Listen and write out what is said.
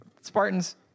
Spartans